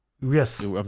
Yes